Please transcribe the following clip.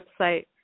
website